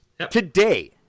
Today